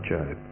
Job